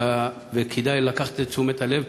וכדאי לקחת לתשומת הלב,